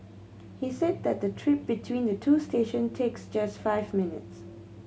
he said that the trip between the two station takes just five minutes